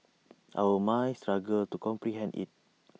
our minds struggle to comprehend IT